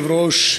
כבוד היושב-ראש,